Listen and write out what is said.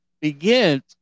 begins